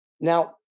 Now